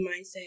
mindset